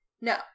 No